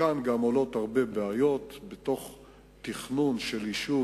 מכאן גם עולות הרבה בעיות בתכנון של יישוב